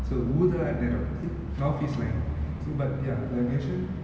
so ஊதா நிறம்:oothaa niram north east line so but ya like station